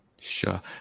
Sure